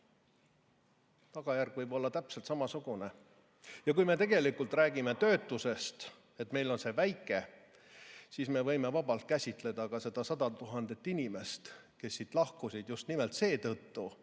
Tagajärg võib olla täpselt samasugune. Kui me räägime töötusest, et see on meil väike, siis me võiksime vabalt käsitleda ka neid 100 000 inimest, kes siit lahkusid just nimelt seetõttu,